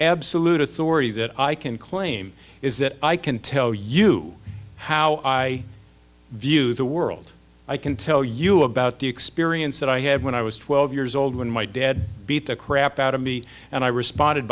absolute authority that i can claim is that i can tell you how i view the world i can tell you about the experience that i had when i was twelve years old when my dad beat the crap out of me and i responded